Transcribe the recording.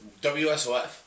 WSOF